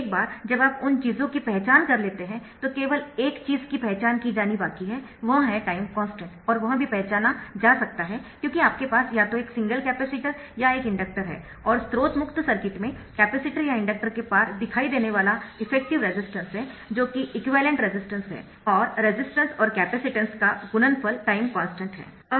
एक बार जब आप उन चीजों की पहचान कर लेते है तो केवल एक चीज की पहचान की जानी बाकी है वह है टाइम कॉन्स्टन्ट और वह भी पहचाना जा सकता हैक्योंकि आपके पास या तो एक सिंगल कपैसिटर या एक इंडक्टर है और स्रोत मुक्त सर्किट में कपैसिटर या इंडक्टर के पार दिखाई देने वाला इफेक्टिव रेसिस्टेन्स है जो कि एक्विवैलेन्ट रेसिस्टेन्स है और रेसिस्टेन्स और क्याप्यासिटेंस का गुणनफल टाइम कॉन्स्टन्ट है